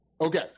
Okay